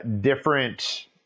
different